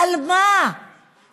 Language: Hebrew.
על מה ולמה?